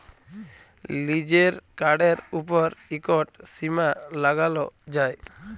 লিজের কাড়ের উপর ইকট সীমা লাগালো যায়